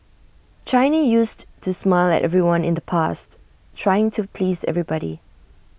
China used to smile at everyone in the past trying to please everybody